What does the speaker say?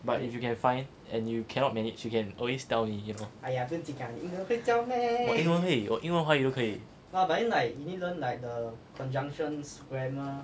我英文会我英文华语都可以